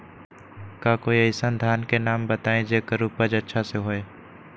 का कोई अइसन धान के नाम बताएब जेकर उपज अच्छा से होय?